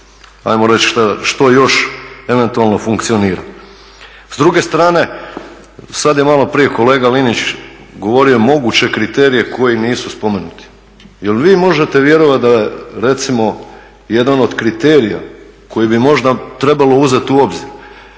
i ono što još eventualno funkcionira. S druge strane, sada je malo prije kolega Linić govorio moguće kriterije koji nisu spomenuti, jel vi možete vjerovati da je recimo jedan od kriterija koji bi možda trebalo uzeti u obziri